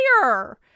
fire